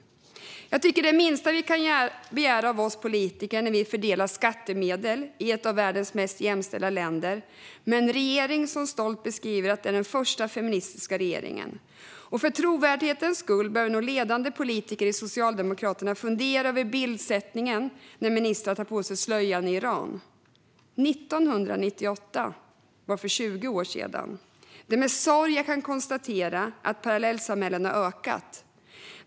Jag tycker att detta är det minsta vi kan begära när vi politiker fördelar skattemedel i ett av världens mest jämställda länder med en regering som stolt beskriver att den är den första feministiska regeringen. Och för trovärdighetens skull behöver nog ledande politiker i Socialdemokraterna fundera över bildsättningen när ministrar tar på sig slöjan i Iran. 1998 var för 20 år sedan. Det är med sorg jag kan konstatera att parallellsamhällena har ökat.